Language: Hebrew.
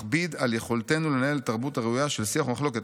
מכביד על יכולתנו לנהל תרבות ראויה של שיח מחלוקת".